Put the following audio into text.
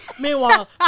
Meanwhile